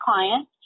clients